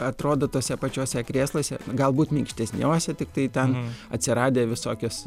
atrodo tuose pačiuose krėsluose galbūt minkštesniuose tiktai ten atsiradę visokios